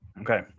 Okay